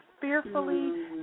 fearfully